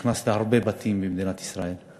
נכנס להרבה בתים במדינת ישראל.